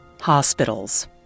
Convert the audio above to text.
hospitals